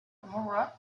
moore